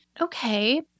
Okay